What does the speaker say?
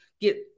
get